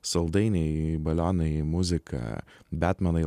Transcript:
saldainiai balionai muzika betmenai